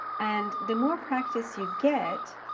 and the more practice you get,